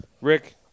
Rick